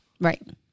Right